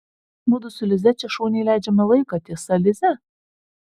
mudu su lize čia šauniai leidžiame laiką tiesa lize